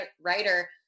writer